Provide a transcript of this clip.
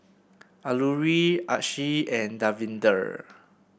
Alluri Akshay and Davinder